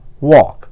walk